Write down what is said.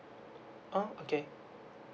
oh okay